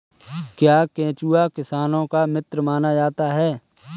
क्या केंचुआ किसानों का मित्र माना जाता है?